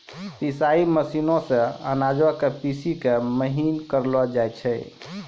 पिसाई मशीनो से अनाजो के पीसि के महीन करलो जाय छै